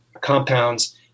compounds